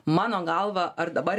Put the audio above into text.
mano galva ar dabar